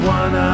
one